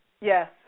Yes